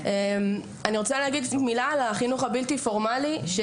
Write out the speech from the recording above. אני רוצה להגיד מילה על החינוך הבלתי פורמלי,